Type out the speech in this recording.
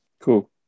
Cool